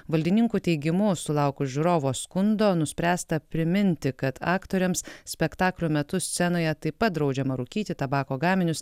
valdininkų teigimu sulaukus žiūrovo skundo nuspręsta priminti kad aktoriams spektaklių metu scenoje taip pat draudžiama rūkyti tabako gaminius